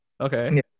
Okay